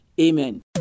Amen